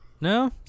No